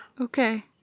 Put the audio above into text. Okay